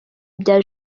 bya